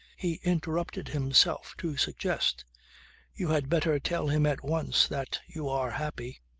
he interrupted himself to suggest you had better tell him at once that you are happy.